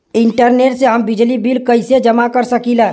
Internet से हम बिजली बिल कइसे जमा कर सकी ला?